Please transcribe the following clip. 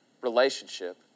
relationship